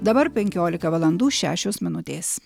dabar penkiolika valandų šešios minutės